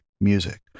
music